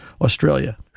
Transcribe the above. Australia